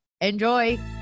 Enjoy